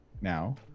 now